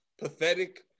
Pathetic